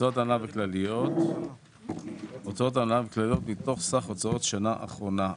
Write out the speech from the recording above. הוצאות הנהלה וכלליות מתוך סך הוצאות שנה אחרונה.